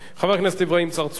חבר הכנסת נחמן שי.